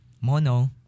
mono